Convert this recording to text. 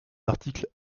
articles